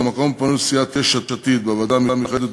במקום הפנוי לסיעת יש עתיד בוועדה המיוחדת